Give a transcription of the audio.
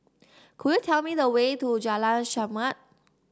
could you tell me the way to Jalan Chermat